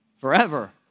forever